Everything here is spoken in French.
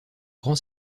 grand